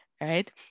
right